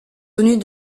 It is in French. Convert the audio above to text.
tenus